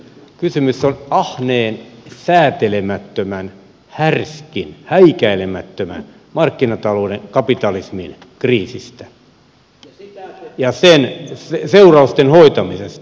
kysymys on ahneen säätelemättömän härskin häikäilemättömän markkinatalouden kapitalismin kriisistä ja sen seurausten hoitamisesta